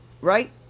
Right